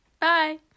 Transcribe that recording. bye